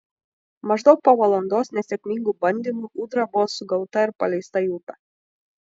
maždaug po valandos nesėkmingų bandymų ūdra buvo sugauta ir paleista į upę